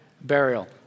burial